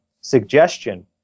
suggestion